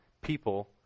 people